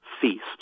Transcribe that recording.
feast